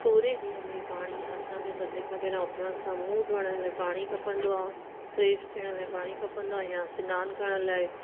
पूरे ॾींहं में पाणी असांखे सभिनीनि खां पहिरियों उथण सां मुंहुं धोअण लाइ पाणी खपंदो आहे फ्रेश थिअण लाइ पाणी खपंदो आहे या सनानु करण लाइ